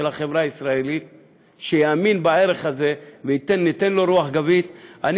חבר הכנסת גואטה.